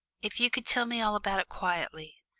if you could tell me all about it quietly,